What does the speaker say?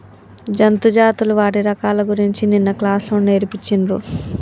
జంతు జాతులు వాటి రకాల గురించి నిన్న క్లాస్ లో నేర్పిచిన్రు